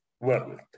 world